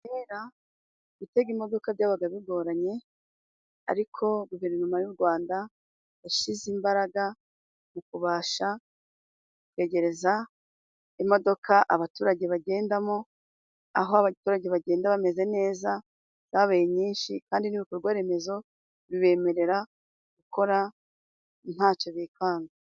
Kera gutega imodoka byabaga bigoranye, ariko guverinoma y'u Rwanda yashize imbaraga mu kubasha kwegereza imodoka abaturage bagendamo, aho abaturage bagenda bameze neza ,zabaye nyinshi kandi n'ibikorwaremezo bibemerera gukora ntacyo bikanga.